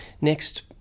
next